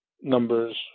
numbers